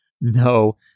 No